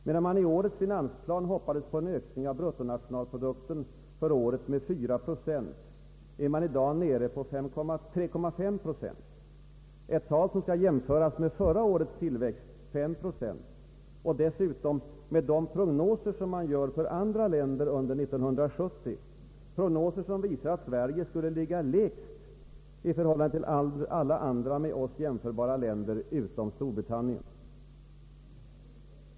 Medan man i årets finansplan hoppades på en ökning av bruttonationalprodukten för året med 4 procent, är man i dag nere på 3,5 procent — ett tal som skall jämföras med dels förra årets tillväxt, 5 procent, dels de prognoser man gör för andra länder under år 1970, prognoser som visar att Sverige skulle ligga lägst i förhållande till alla andra med oss jämförbara länder med undantag av Storbritannien.